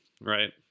right